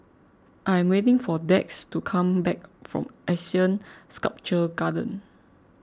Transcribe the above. I am waiting for Dax to come back from Asean Sculpture Garden